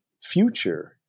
future